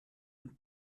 und